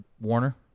warner